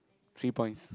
three points